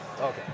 Okay